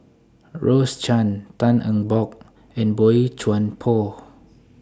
Rose Chan Tan Eng Bock and Boey Chuan Poh